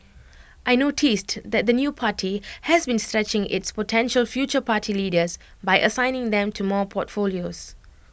I noticed that the new party has been stretching its potential future party leaders by assigning them to more portfolios